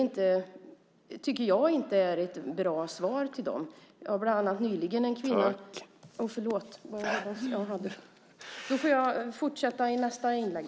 Jag tycker inte att det är något bra svar till dem.